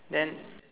then